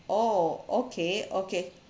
oh okay okay